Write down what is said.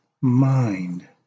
mind